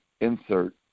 insert